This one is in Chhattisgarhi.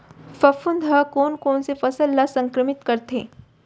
फफूंद ह कोन कोन से फसल ल संक्रमित करथे?